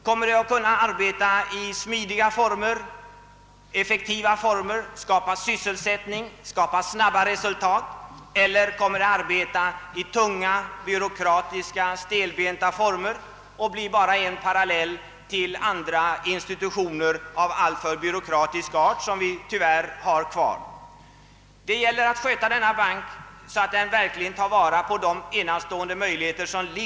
Kommer banken att kunna arbeta i smidiga, effektiva former, kommer den att skapa sysselsättning, snabba resultat eller kommer den att arbeta i tunga, byråkratiska och stelbenta former och bara bli en parallell till andra institutioner av alltför byråkratisk art, som tyvärr finns kvar i vårt samhälle? Det gäller att sköta denna bank så, att den verkligen tar vara på de enastående möjligheter den har.